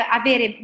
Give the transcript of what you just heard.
avere